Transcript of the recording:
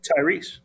Tyrese